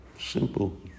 Simple